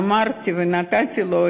אמרתי ונתתי לו,